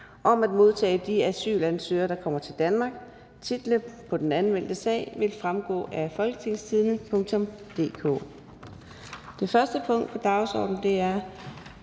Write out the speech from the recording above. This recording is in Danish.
om at modtage de asylansøgere, der kommer til Danmark). Titlen på den anmeldte sag vil fremgå af www.folketingstidende.dk. --- Det første punkt på dagsordenen er: